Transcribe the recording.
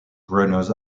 runners